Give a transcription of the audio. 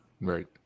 Right